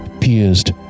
pierced